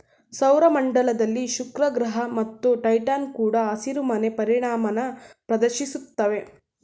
ಸೌರ ಮಂಡಲದಲ್ಲಿ ಶುಕ್ರಗ್ರಹ ಮತ್ತು ಟೈಟಾನ್ ಕೂಡ ಹಸಿರುಮನೆ ಪರಿಣಾಮನ ಪ್ರದರ್ಶಿಸ್ತವೆ